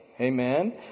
Amen